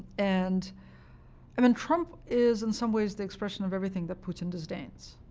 and um in trump is, in some ways, the expression of everything that putin disdains.